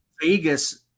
Vegas